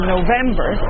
November